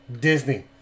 Disney